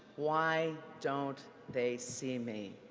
why don't they see me?